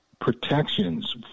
protections